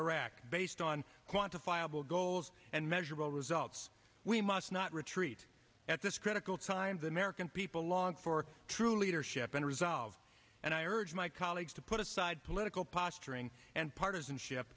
iraq based on quantifiable goals and measurable results we must not retreat at this critical time the american people long for true leadership and resolve and i urge my colleagues to put aside political posturing and partisanship